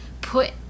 put